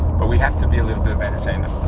but we have to be a little bit of entertainment.